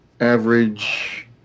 average